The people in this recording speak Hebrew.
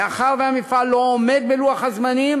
מאחר שהמפעל לא עומד בלוח הזמנים,